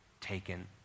taken